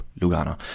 Lugano